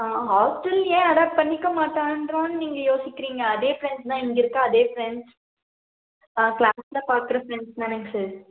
hostel ஏன் adapt பண்ணிக்க மாட்டேன்றான் நீங்கள் யோசிக்கிறீங்க அதே ஃப்ரெண்ட்ஸ் தான் இங்கிருக்க அதே ஃப்ரெண்ட்ஸ் அவன் க்ளாஸ்சில் பார்க்குற ஃப்ரெண்ட்ஸ் தானேங்க சார்